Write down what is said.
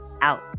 out